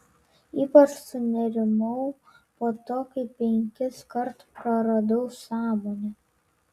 ypač sunerimau po to kai penkiskart praradau sąmonę